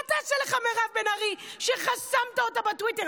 מה תעשה לך מירב בן ארי, שחסמת אותה בטוויטר?